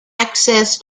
access